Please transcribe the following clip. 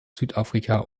südafrika